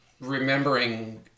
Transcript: remembering